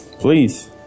Please